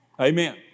Amen